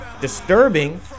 disturbing